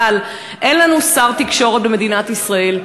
אבל אין לנו שר תקשורת במדינת ישראל.